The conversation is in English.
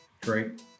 Great